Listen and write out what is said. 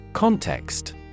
Context